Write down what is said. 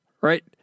right